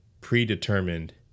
predetermined